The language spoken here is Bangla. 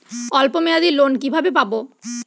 অল্প মেয়াদি লোন কিভাবে পাব?